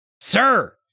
sir